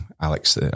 Alex